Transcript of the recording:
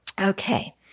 Okay